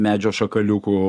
medžio šakaliukų